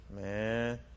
Man